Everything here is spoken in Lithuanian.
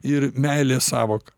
ir meilės sąvoką